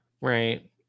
Right